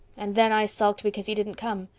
and then i sulked because he didn't come.